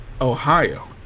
Ohio